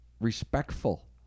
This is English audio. Respectful